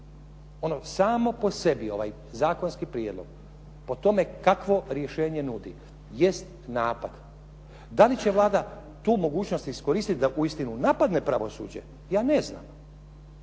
Ono samo po sebi, ovaj zakonski prijedlog po tome kakvo rješenje nudi jest napad. Da li će Vlada tu mogućnost iskoristiti da uistinu napadne pravosuđe? Ja ne znam.